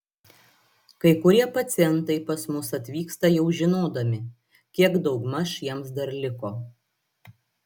kai kurie pacientai pas mus atvyksta jau žinodami kiek daugmaž jiems dar liko